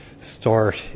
start